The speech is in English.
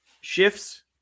shifts